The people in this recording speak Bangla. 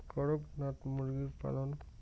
করকনাথ মুরগি পালন?